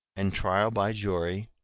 and trial by jury,